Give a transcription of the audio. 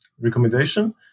recommendation